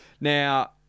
Now